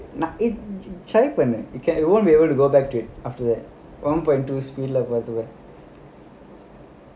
try பண்ணு:pannu you won't be able to go back to it after that one point two speed level